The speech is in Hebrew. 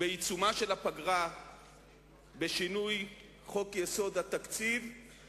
בעיצומה של הפגרה בשינוי חוק-יסוד: תקציב המדינה